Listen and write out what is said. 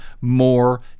more